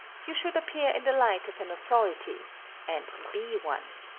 you should appear in the light of an authority and be one.